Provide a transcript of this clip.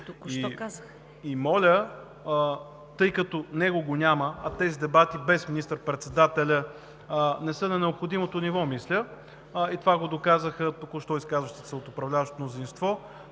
Моля, тъй като него го няма, а тези дебати без министър-председателя не са на необходимото ниво, мисля, а това го доказаха току-що изказващите се от управляващото мнозинство,